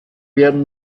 werden